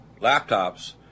laptops